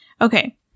Okay